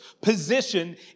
position